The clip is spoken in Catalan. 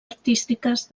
artístiques